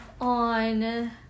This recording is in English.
on